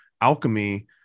alchemy